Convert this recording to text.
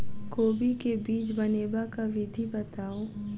कोबी केँ बीज बनेबाक विधि बताऊ?